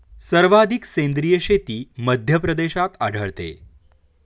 सर्वाधिक सेंद्रिय शेती मध्यप्रदेशात आढळते